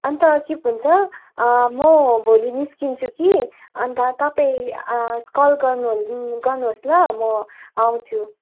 अन्त के पो भन्छ म भोलि निस्किन्छु कि अन्त तपाईँ कल गर्नु गर्नुहोस् ल मो आउँछु